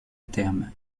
termes